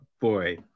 boy